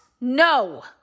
No